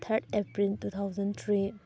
third April two thousand three